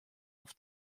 auf